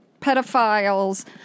pedophiles